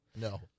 No